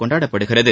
கொண்டாடப்படுகிறது